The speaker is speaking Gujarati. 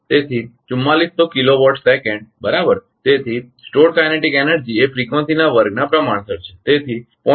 તેથી 4400 kilowatt second બરાબર તેથી સંગ્રહિત ગતિપાવર એ ફ્રીકવંસીના વર્ગના પ્રમાણસર છે તેથી 0